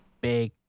big